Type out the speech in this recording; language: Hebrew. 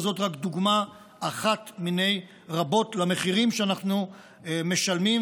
וזאת רק דוגמה אחת מיני רבות למחירים שאנחנו משלמים,